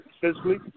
physically